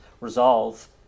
resolve